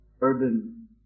urban